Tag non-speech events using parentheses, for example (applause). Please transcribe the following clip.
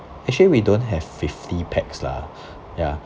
actually we don't have fifty pax lah (breath) ya